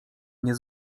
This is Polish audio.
nie